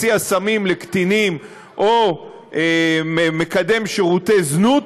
מציע סמים לקטינים או מקדם שירותי זנות,